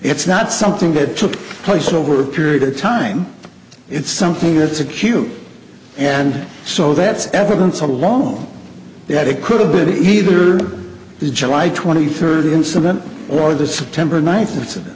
it's not something that took place over a period of time but it's something that's acute and so that's evidence alone that it could have been either the july twenty third incident or the september ninth incident